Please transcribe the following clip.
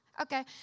Okay